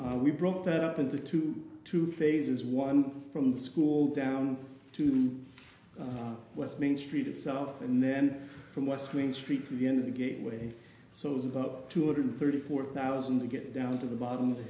extension we brought that up into two two phases one from the school down to west main street itself and then from west wing street to the end of the gateway so it was about two hundred thirty four thousand to get down to the bottom of the